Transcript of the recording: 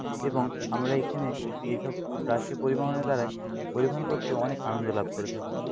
এবং আমরা এইখানে এইসব রাষ্ট্রীয় পরিবহনের দ্বারায় পরিবহন করতে অনেক আনন্দলাভ করে থাকি